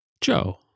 Joe